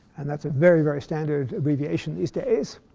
and that's a very, very standard abbreviation these days.